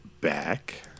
back